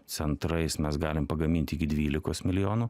centrais mes galim pagamint iki dvylikos milijonų